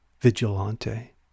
Vigilante